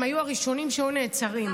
הם היו הראשונים שהיו נעצרים.